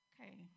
Okay